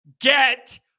get